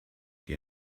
die